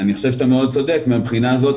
אני חושב שאתה מאוד צודק מהבחינה הזאת